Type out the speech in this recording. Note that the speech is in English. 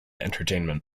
entertainment